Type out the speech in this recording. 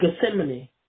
Gethsemane